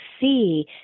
see